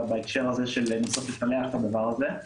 בהקשר הזה של לנסות לפלח את הדבר הזה.